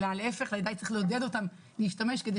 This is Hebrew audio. אלא להיפך צריך לעודד אותם להשתמש כדי